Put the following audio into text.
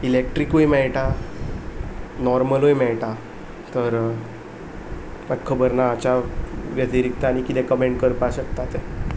इलेक्ट्रिकूय मेळटा नॉर्मलूय मेळटा तर म्हाका खबर ना वेतिरिक्त आनी किदें कमेंट करपा शकता ते